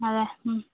അതെ